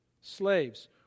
Slaves